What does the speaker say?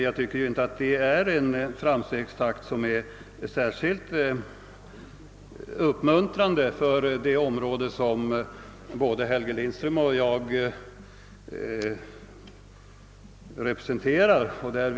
Jag tycker inte att denna framställningstakt är särskilt uppmuntrande för det område som både herr Lindström och jag representerar i denna kammare.